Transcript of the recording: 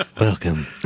Welcome